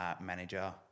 manager